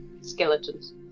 skeletons